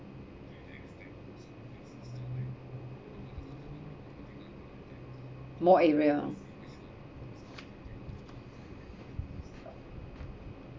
more area